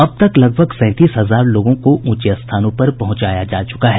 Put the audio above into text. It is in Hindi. अब तक लगभग सैंतीस हजार लोगों को ऊंचे स्थानों पर पहुंचाया जा चुका है